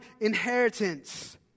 inheritance